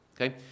Okay